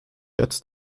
jetzt